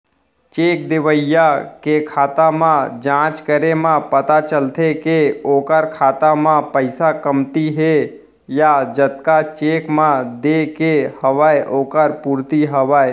cheque देवइया के खाता म जाँच करे म पता चलथे के ओखर खाता म पइसा कमती हे या जतका चेक म देय के हवय ओखर पूरति हवय